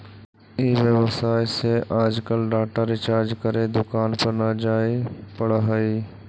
ई व्यवसाय से ही आजकल डाटा रिचार्ज करे दुकान पर न जाए पड़ऽ हई